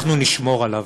אנחנו נשמור עליו.